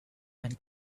and